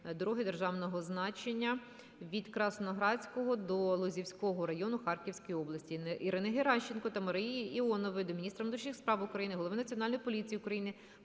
дороги державного значення від Красноградського до Лозівського району Харківської області. Ірини Геращенко та Марії Іонової до міністра внутрішніх справ України, Голови Національної поліції України